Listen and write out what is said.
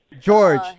George